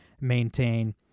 maintain